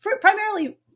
primarily